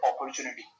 opportunity